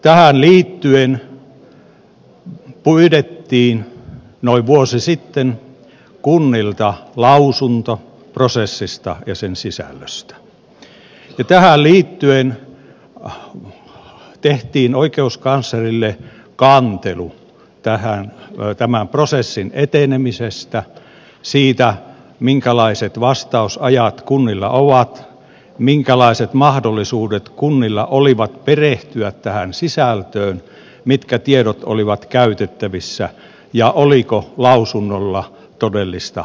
tähän liittyen pyydettiin noin vuosi sitten kunnilta lausunto prosessista ja sen sisällöstä ja tähän liittyen tehtiin oikeuskanslerille kantelu tämän prosessin etenemisestä siitä minkälaiset vastausajat kunnilla on minkälaiset mahdollisuudet kunnilla oli perehtyä tähän sisältöön mitkä tiedot olivat käytettävissä ja oliko lausunnolla todellista merkitystä